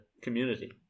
community